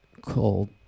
called